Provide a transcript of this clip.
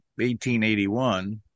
1881